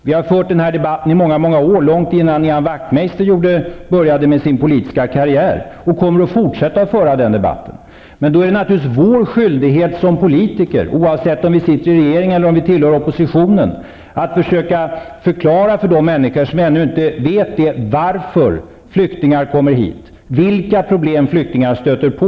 Vi har fört den här debatten i många år, långt innan Ian Wachtmeister började sin politiska karriär, och vi kommer att fortsätta att föra den debatten. Men då är det naturligtvis vår skyldighet som politiker, oavsett om vi sitter i regeringen eller tillhör oppositionen, att försöka förklara för de människor som ännu inte vet det, varför flyktingar kommer hit och vilka problem flyktingar stöter på.